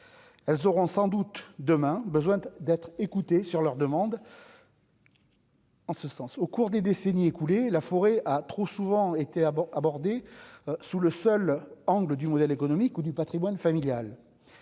elles auront sans doute demain, besoin d'être écoutés sur leur demande. En ce sens au cours des décennies écoulées, la forêt a trop souvent été à bon abordé sous le seul angle du modèle économique ou du Patrimoine familial